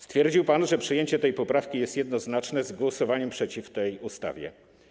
Stwierdził pan, że przyjęcie tej poprawki jest jednoznaczne z głosowaniem przeciw tej ustawie.